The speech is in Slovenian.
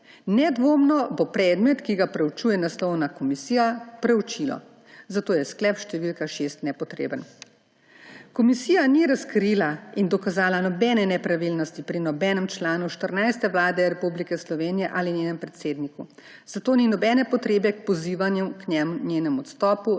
Nedvomno bo predmet, ki ga preučuje naslovna komisija, preučilo, zato je sklep št. 6 nepotreben. Komisija ni razkrila in dokazala nobene nepravilnosti pri nobenem članu 14. Vlade Republike Slovenije ali njenem predsedniku, zato ni nobene potrebe k pozivanju k njenemu odstopu